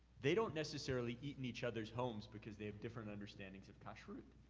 they don't necessarily eat in each other's homes, because they have different understandings of kashrut.